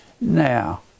now